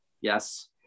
Yes